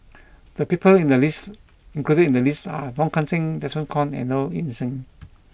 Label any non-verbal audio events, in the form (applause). (noise) the people in the list included in the list are Wong Kan Seng Desmond Kon and Low Ing Sing